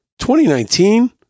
2019